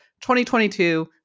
2022